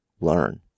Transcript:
learn